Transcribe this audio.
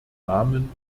namen